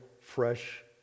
fresh